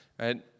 right